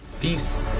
peace